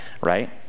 right